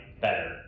better